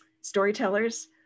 storytellers